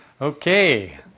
Okay